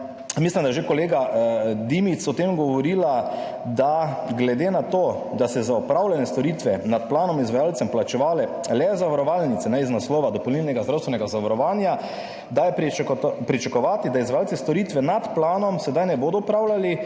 Mislim, da je že kolegica Dimic o tem govorila, da je glede na to, da so za opravljene storitve nad planom izvajalcem plačevale le zavarovalnice iz naslova dopolnilnega zdravstvenega zavarovanja, pričakovati, da izvajalci storitev nad planom sedaj ne bodo opravljali,